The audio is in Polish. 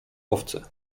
owce